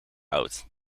oud